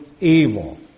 evil